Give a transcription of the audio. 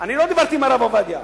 אני לא דיברתי עם הרב עובדיה,